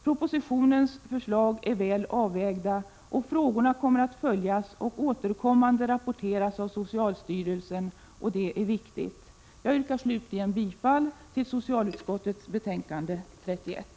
Propositionens förslag är väl avvägda, och frågorna kommer att följas och återkommande rapporteras av socialstyrelsen — det är viktigt. Jag yrkar slutligen bifall till socialutskottets hemställan i dess betänkande nr 31.